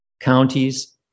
Counties